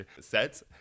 sets